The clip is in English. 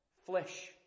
flesh